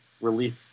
relief